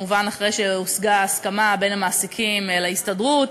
כמובן אחרי שהושגה ההסכמה בין המעסיקים להסתדרות,